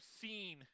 seen